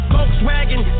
Volkswagen